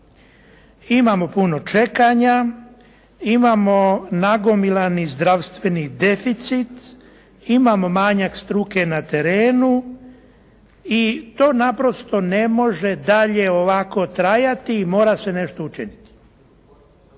Imamo puno čekanja, imamo nagomilani zdravstveni deficit, imamo manjak struke na terenu i to naprosto ne može dalje ovako trajati i mora se nešto učiniti.